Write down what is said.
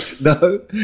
No